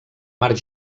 mar